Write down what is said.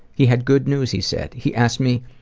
he had good news he said. he asked me,